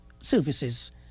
Services